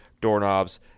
doorknobs